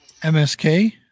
msk